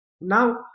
Now